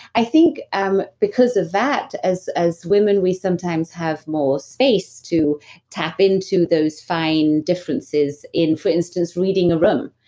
i think um because of that as as women we sometimes have more space to tap into those fine differences in for instance reading a room.